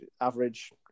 average